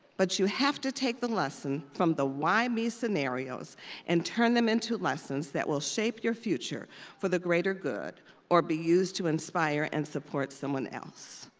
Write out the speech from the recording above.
but you have to take the lesson from the why me scenarios and turn them into lessons that will shape your future for the greater good or be used to inspire and support someone else.